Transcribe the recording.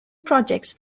projects